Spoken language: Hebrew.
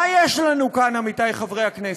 מה יש לנו כאן, עמיתי חברי הכנסת?